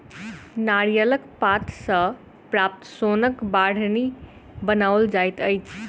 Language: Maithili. नारियलक पात सॅ प्राप्त सोनक बाढ़नि बनाओल जाइत अछि